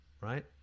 right